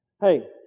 Hey